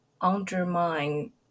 undermine